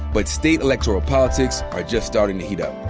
but state electoral politics are just starting to heat up.